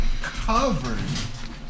covered